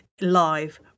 live